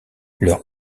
leur